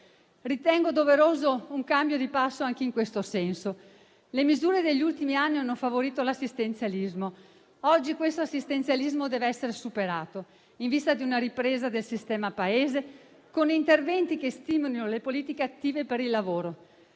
Ritengo doveroso un cambio di passo anche in questo senso. Le misure degli ultimi anni hanno favorito l'assistenzialismo. Oggi questo assistenzialismo deve essere superato, in vista di una ripresa del sistema Paese, con interventi che stimolino le politiche attive per il lavoro.